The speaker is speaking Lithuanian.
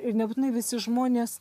ir nebūtinai visi žmonės